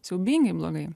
siaubingai blogai